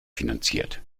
finanziert